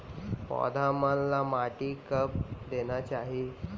पौधा मन ला माटी कब देना चाही?